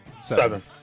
Seven